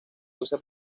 usa